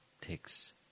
takes